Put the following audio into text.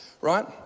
right